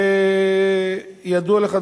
ידוע לך,